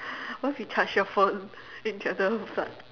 what if you charge your phone into another plug